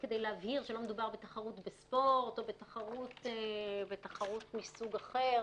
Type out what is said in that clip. כדי להבהיר שלא מדובר בתחרות בספורט או בתחרות מסוג אחר.